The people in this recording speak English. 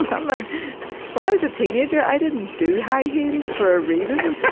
ah i'm like when i was a teenager i didn't do high heels for a reason.